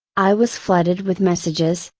i was flooded with messages,